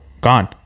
Gone